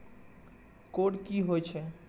Code की होय छै?